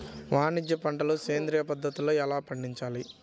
వాణిజ్య పంటలు సేంద్రియ పద్ధతిలో ఎలా పండించాలి?